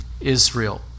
Israel